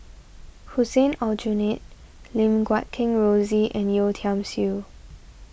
Hussein Aljunied Lim Guat Kheng Rosie and Yeo Tiam Siew